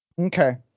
okay